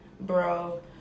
bro